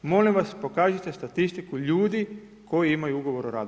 Molim, vas pokažite statistiku ljudi, koji imaju ugovor o radu.